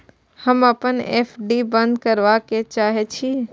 हम अपन एफ.डी बंद करबा के चाहे छी